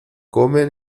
come